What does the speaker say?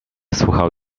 słuchał